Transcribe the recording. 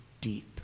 deep